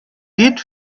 did